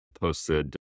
posted